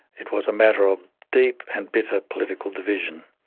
it was a matter of deep and bitter political division.